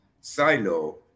silo